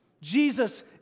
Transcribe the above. Jesus